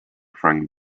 frank